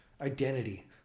identity